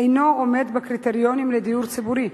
הוא אינו עומד בקריטריונים לדיור ציבורי?